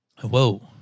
whoa